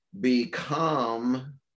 become